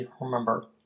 remember